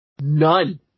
None